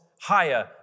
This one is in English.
Higher